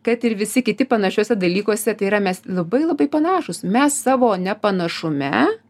kad ir visi kiti panašiuose dalykuose tai yra mes labai labai panašūs mes savo nepanašume